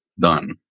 done